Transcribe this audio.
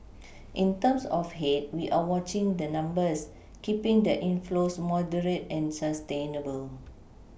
in terms of head we are watching the numbers keePing the inflows moderate and sustainable